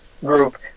group